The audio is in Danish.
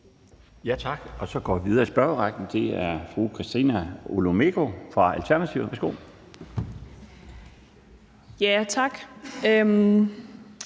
Tak. Så går vi videre i spørgerækken til fru Christina Olumeko fra Alternativet. Værsgo. Kl.